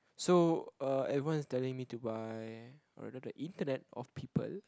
so uh everyone is telling me to buy or rather the internet of people